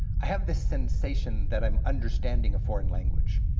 i have this sensation that i'm understanding a foreign language.